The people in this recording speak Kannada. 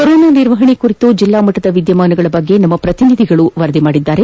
ಕೊರೋನಾ ನಿರ್ವಹಣೆ ಕುರಿತು ಜಿಲ್ಲಾಮಟ್ಟದ ವಿದ್ಯಮಾನಗಳ ಬಗ್ಗೆ ನಮ್ಮ ಪ್ರತಿನಿಧಿಗಳು ವರದಿ ಮಾಡಿದ್ದಾರೆ